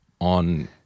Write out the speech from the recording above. on